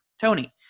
Tony